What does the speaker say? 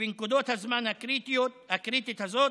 ובנקודת הזמן הקריטית הזאת,